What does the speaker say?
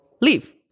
leave